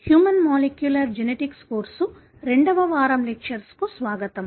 human molecular genetics course రెండవ వారం lectures కు స్వాగతం